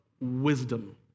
Wisdom